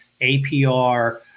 APR